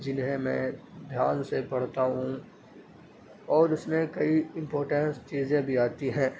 جنہیں میں دھیان سے پڑھتا ہوں اور اس میں کئی امپورٹینس چیزیں بھی آتی ہیں